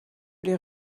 les